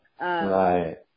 Right